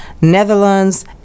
netherlands